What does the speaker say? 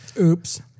Oops